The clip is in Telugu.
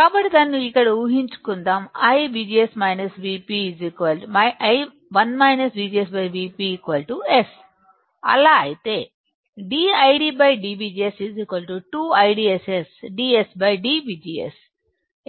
కాబట్టి దానిని ఇక్కడ ఊహించుకుందాం 1 VGS VpS అలా అయితే dIDdVGS 2IDSS dS dVGS